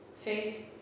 Faith